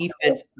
defense